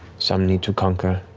some need to conquer.